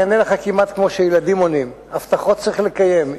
אני אענה לך כמעט כמו שילדים עונים: הבטחות צריך לקיים.